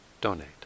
donate